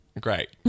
Great